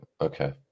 Okay